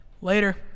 Later